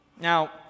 Now